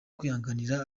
kwihanganira